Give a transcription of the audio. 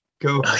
go